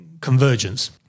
convergence